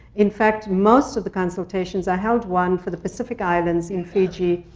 in fact, most of the consultations i held one for the pacific islands, in fiji,